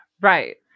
Right